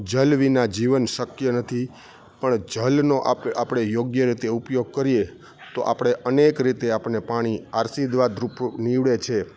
જલ વિના જીવન શક્ય નથી પણ જલનો આપ આપણે યોગ્ય રીતે ઉપયોગ કરીએ તો આપણે અનેક રીતે આપણને પાણી આશીર્વાદ રૂપ નિવડે છે